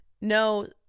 No